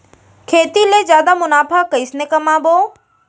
खेती ले जादा मुनाफा कइसने कमाबो?